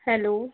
hello